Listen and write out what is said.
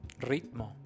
Ritmo